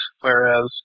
Whereas